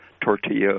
tortilla